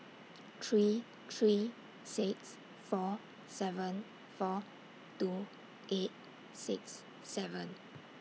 three three six four seven four two eight six seven